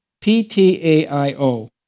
P-T-A-I-O